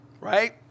Right